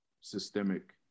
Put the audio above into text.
systemic